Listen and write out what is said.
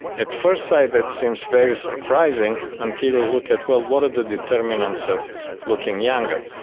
at first sight that seems very surprising, until you look at, well, what are the determinants of looking younger?